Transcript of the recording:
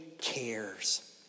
cares